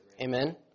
Amen